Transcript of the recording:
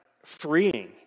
freeing